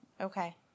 okay